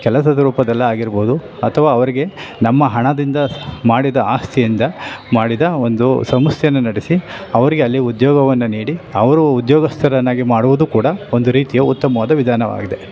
ಕೆಲಸದ ರೂಪದಲ್ಲಿ ಆಗಿರ್ಬೋದು ಅಥವಾ ಅವರಿಗೆ ನಮ್ಮ ಹಣದಿಂದ ಮಾಡಿದ ಆಸ್ತಿಯಿಂದ ಮಾಡಿದ ಒಂದು ಸಂಸ್ಥೆನ ನಡೆಸಿ ಅವರಿಗೆ ಅಲ್ಲಿ ಉದ್ಯೋಗವನ್ನು ನೀಡಿ ಅವರು ಉದ್ಯೋಗಸ್ಥರನ್ನಾಗಿ ಮಾಡುವುದು ಕೂಡ ಒಂದು ರೀತಿಯ ಉತ್ತಮವಾದ ವಿಧಾನವಾಗಿದೆ